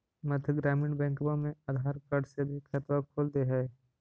मध्य ग्रामीण बैंकवा मे आधार कार्ड से भी खतवा खोल दे है?